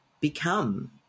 become